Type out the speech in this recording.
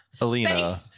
Alina